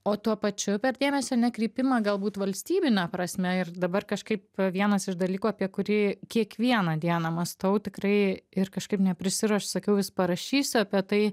o tuo pačiu per dėmesio nekreipimą galbūt valstybine prasme ir dabar kažkaip vienas iš dalykų apie kurį kiekvieną dieną mąstau tikrai ir kažkaip neprisiruošiu sakiau vis parašysiu apie tai